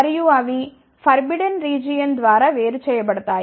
మరియు అవి forbidden region ద్వారా వేరు చేయబడతాయి